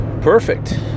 Perfect